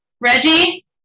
Reggie